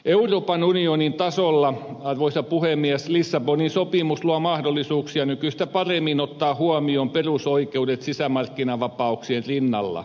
euroopan unionin tasolla arvoisa puhemies lissabonin sopimus luo mahdollisuuksia nykyistä paremmin ottaa huomioon perusoikeudet sisämarkkinavapauksien rinnalla